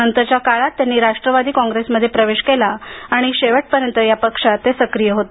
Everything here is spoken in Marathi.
नंतरच्या काळात त्यांनी राष्ट्रवादी काँग्रेसमध्ये प्रवेश केला आणि शेवटपर्यंत या पक्षात ते सक्रिय होते